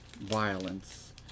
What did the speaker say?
violence